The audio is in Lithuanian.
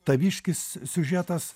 taviškis siužetas